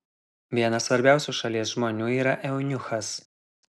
vienas svarbiausių šalies žmonių yra eunuchas